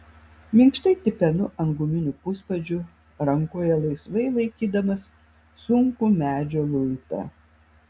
minkštai tipenu ant guminių puspadžių rankoje laisvai laikydamas sunkų medžio luitą